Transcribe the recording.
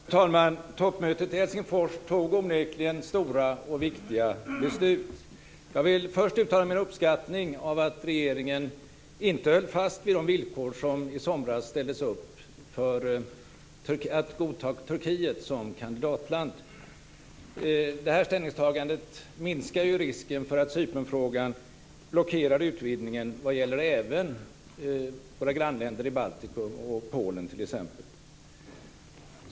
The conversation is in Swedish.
Fru talman! Toppmötet i Helsingfors fattade onekligen stora och viktiga beslut. Jag vill först uttrycka min uppskattning över att regeringen inte höll fast de villkor som i somras ställdes upp för att man skulle godta Turkiet som kandidatland. Det här ställningstagandet minskar ju risken för att Cypernfrågan blockerar utvidgningen, och det gäller även t.ex. våra grannländer i Baltikum och Polen.